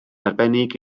arbennig